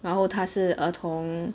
然后他是儿童